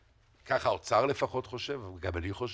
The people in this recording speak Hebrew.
כך האוצר לפחות חושב וגם אני חושב,